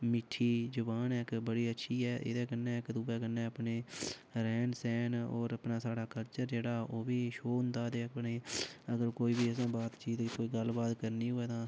मिट्ठी जवान ऐ इक बड़ी अच्छी ऐ एह्दे कन्नै इक दुऐ कन्नै अपने रैह्ंन सैह्ंन ओर अपना साढ़ा कल्चर जेह्ड़ा ओह् बी शो होंदा ते अपनी अगर कोई बी बातचीत जे कोई गल्ल बात करननी होऐ तां